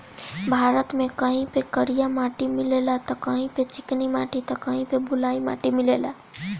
भारत में कहीं पे करिया माटी मिलेला त कहीं पे चिकनी माटी त कहीं पे बलुई माटी मिलेला